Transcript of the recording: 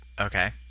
Okay